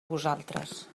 vosaltres